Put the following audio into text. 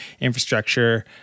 infrastructure